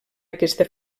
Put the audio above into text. aquesta